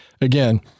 again